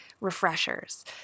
refreshers